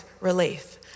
relief